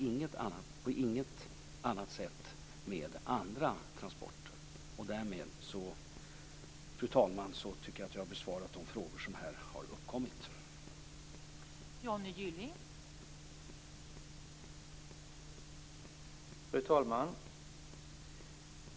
Därmed tycker jag att jag har besvarat de frågor som har uppkommit här.